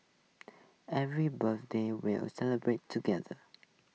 every birthday we'll celebrate together